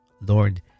Lord